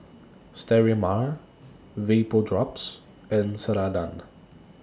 Sterimar Vapodrops and Ceradan